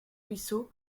ruisseau